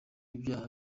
ibyaha